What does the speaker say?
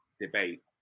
debate